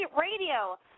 Radio